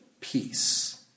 peace